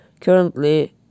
Currently